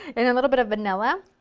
and a little bit of vanilla.